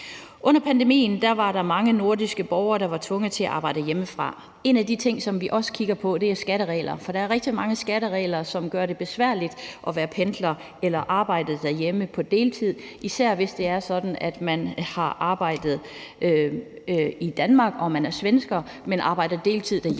Under pandemien var der mange nordiske borgere, der var tvunget til at arbejde hjemmefra. En af de ting, vi også kigger på, er skatteregler, for der er rigtig mange skatteregler, som gør det besværligt at være pendler eller arbejde derhjemme på deltid. Især hvis man har arbejde i Danmark og er svensker, men arbejder deltid derhjemme,